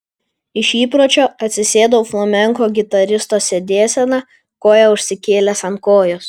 iš įpročio atsisėdau flamenko gitaristo sėdėsena koją užsikėlęs ant kojos